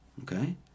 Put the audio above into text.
Okay